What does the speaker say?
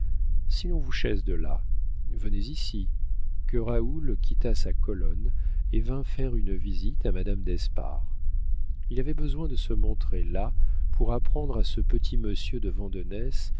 si l'on vous chasse de là venez ici que raoul quitta sa colonne et vint faire une visite à madame d'espard il avait besoin de se montrer là pour apprendre à ce petit monsieur de vandenesse